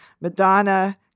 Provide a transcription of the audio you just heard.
Madonna